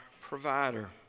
provider